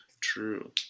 True